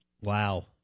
Wow